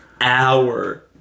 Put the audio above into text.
hour